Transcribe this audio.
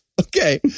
Okay